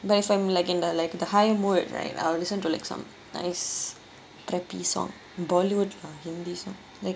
but if I'm lagging the like high mood right I'll listen to like some nice crappy song bollywood or hindi song